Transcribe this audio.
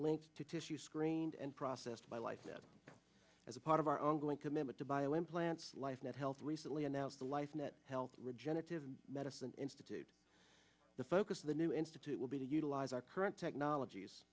linked to tissue screened and processed by life as a part of our ongoing commitment to buy implants life not health recently announced the life net health regenerative medicine institute the focus of the new institute will be to utilize our current technologies